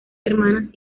hermanas